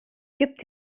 gibt